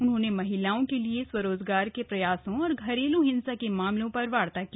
उन्होंने महिलाओं के लिए स्वरोजगार के प्रयासों और घरेलू हिंसा के मामलों पर वार्ता की